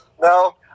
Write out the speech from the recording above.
No